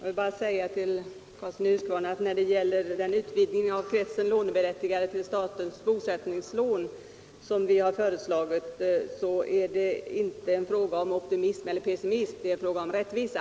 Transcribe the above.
Herr talman! När det gäller den utvidgning av kretsen låneberättigade till statens bosättningslån som vi föreslagit vill jag säga till herr Karlsson i Huskvarna att detta inte är en fråga om optimism celler pessimism. Det är en fråga om rättvisa.